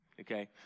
okay